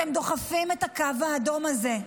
אתם דוחפים את הקו האדום הזה.